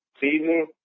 season